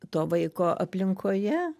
to vaiko aplinkoje